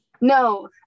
No